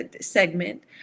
segment